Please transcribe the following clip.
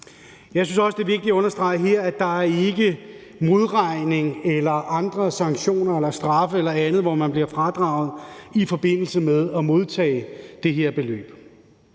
Jeg synes også, det er vigtigt at understrege her, at der ikke er modregning eller andre sanktioner eller straf eller andet, hvor man bliver ramt af fradrag i forbindelse med at modtage det her beløb.